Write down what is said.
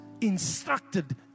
instructed